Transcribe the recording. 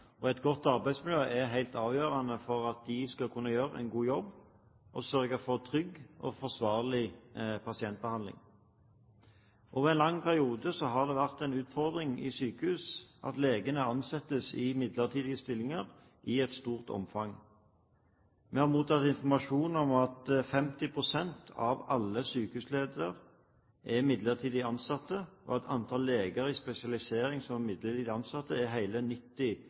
og sørge for trygg og forsvarlig pasientbehandling. Over en lang periode har det vært en utfordring i sykehus at leger ansettes i midlertidige stillinger i et stort omfang. Vi har mottatt informasjon om at 50 pst. av alle sykehusleger er midlertidig ansatt, og at antallet leger i spesialisering som er midlertidig ansatt, er